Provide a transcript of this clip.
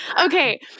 Okay